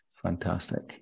Fantastic